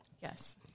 yes